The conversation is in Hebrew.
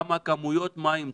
אבל כמה כמויות מים צריך?